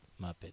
Muppet